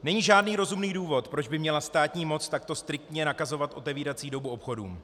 Není žádný rozumný důvod, proč by měla státní moc takto striktně nakazovat otevírací dobu obchodům.